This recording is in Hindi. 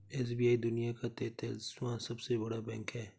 एस.बी.आई दुनिया का तेंतालीसवां सबसे बड़ा बैंक है